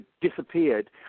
disappeared